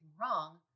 wrong